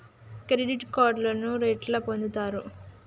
Credit కార్డులను ఎట్లా పొందుతరు?